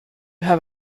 have